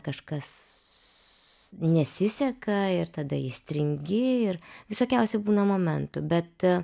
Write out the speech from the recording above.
kažkas nesiseka ir tada įstringi ir visokiausių būna momentų bet